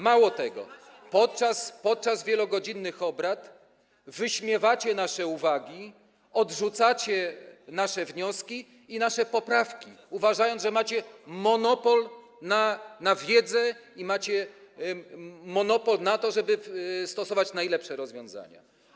Mało tego, podczas wielogodzinnych obrad wyśmiewacie nasze uwagi, odrzucacie nasze wnioski i nasze poprawki, uważając, że macie monopol na wiedzę i macie monopol na to, żeby stosować najlepsze rozwiązania.